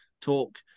talk